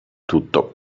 tutto